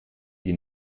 die